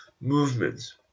movements